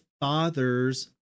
father's